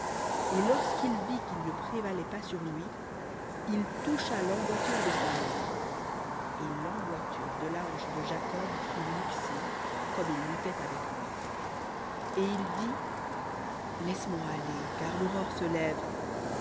et lorsqu'il vit qu'il ne prévalait pas sur lui il toucha l'emboîture de sa hanche et l'emboîture de la hanche de jacob fut luxée comme il luttait avec lui et il dit laisse-moi aller car l'aurore se lève